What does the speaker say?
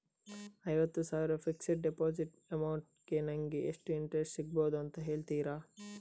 ಐವತ್ತು ಸಾವಿರ fixed deposit amount ಗೆ ನಂಗೆ ಎಷ್ಟು ಇಂಟ್ರೆಸ್ಟ್ ಸಿಗ್ಬಹುದು ಅಂತ ಹೇಳ್ತೀರಾ?